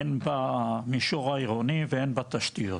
הן במישור העירוני והן בתשתיות.